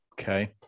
Okay